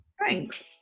Thanks